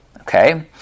Okay